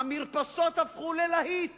המרפסות הפכו ללהיט